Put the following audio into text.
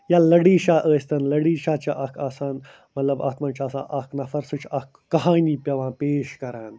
یا لٔڑی شاہ ٲسۍتَن لٔڑی شاہ چھِ اَکھ آسان مطلب اَتھ منٛز چھُ آسان اَکھ نفر سُہ چھُ اَکھ کہانی پٮ۪وان پیش کَران